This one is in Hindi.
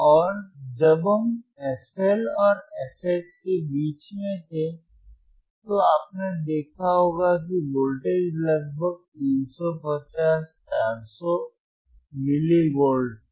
और जब हम fL और fH के बीच मे थे तो आपने देखा होगा कि वोल्टेज लगभग 350 400 मिली वोल्ट था